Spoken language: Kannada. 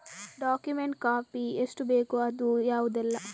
ಡಾಕ್ಯುಮೆಂಟ್ ಕಾಪಿ ಎಷ್ಟು ಬೇಕು ಅದು ಯಾವುದೆಲ್ಲ?